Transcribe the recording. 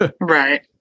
right